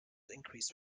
increased